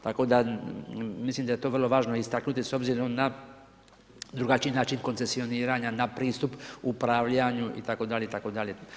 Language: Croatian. Tako da je mislim da je to vrlo važno istaknuti s obzirom na drugačiji način koncesioniranja, na pristup upravljanju itd., itd.